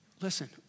Listen